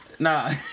Nah